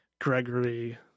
Gregory